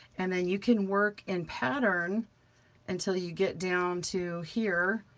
and then you can work in pattern until you get down to here.